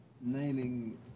naming